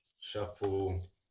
Shuffle